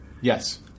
Yes